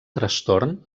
trastorn